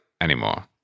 anymore